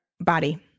body